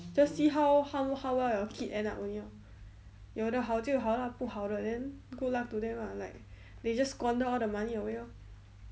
just see how how how well your kid end up only lor 有的好就好 lah 不好的 then good luck to them lah like they just squander all the money away lor